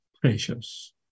precious